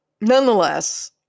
nonetheless